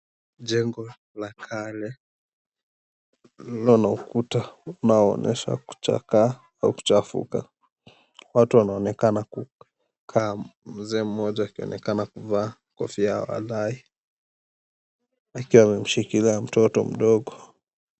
Jengo la kale lililo na ukuta unaoonyesha kuchakaa au kuchafuka, watu wanaonekana kukaa, mzee mmoja akionekana kuvaa kofia ya walahi akiwa amemshikilia mtoto mdogo.